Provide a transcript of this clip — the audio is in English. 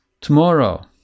tomorrow